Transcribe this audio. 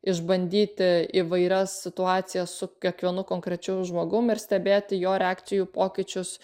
išbandyti įvairias situacijas su kiekvienu konkrečiu žmogum ir stebėti jo reakcijų pokyčius